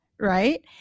right